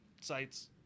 sites